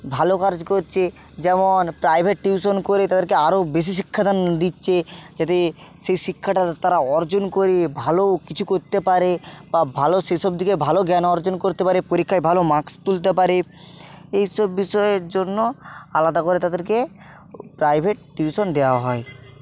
ভালো কাজ করছে যেমন প্রাইভেট টিউশন করে তাদেরকে আরো বেশি শিক্ষাদান দিচ্ছে যাতে সেই শিক্ষাটা তারা অর্জন করে ভালো কিছু করতে পারে বা ভালো সেসব দিকে ভালো জ্ঞান অর্জন করতে পারে পরীক্ষায় ভালো মার্কস তুলতে পারে এই সব বিষয়ের জন্য আলাদা করে তাদেরকে প্রাইভেট টিউশন দেওয়া হয়